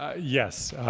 ah yes.